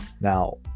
Now